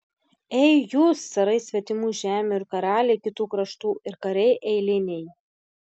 ei jūs carai svetimų žemių ir karaliai kitų kraštų ir kariai eiliniai